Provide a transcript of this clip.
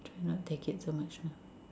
cannot take it so much ah